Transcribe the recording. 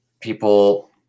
people